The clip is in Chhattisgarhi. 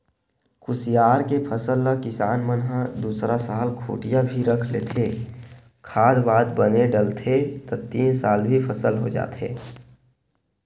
कुसियार के फसल ल किसान मन ह दूसरा साल खूटिया भी रख लेथे, खाद वाद बने डलथे त तीन साल भी फसल हो जाथे